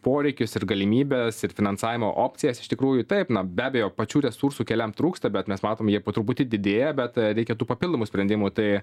poreikius ir galimybes ir finansavimo opcijas iš tikrųjų taip na be abejo pačių resursų keliam trūksta bet mes matom jie po truputį didėja bet reikia tų papildomų sprendimų tai